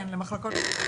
כן, למחלקות ---.